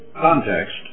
context